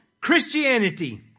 Christianity